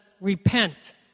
repent